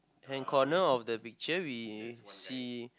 hand corner of the picture we see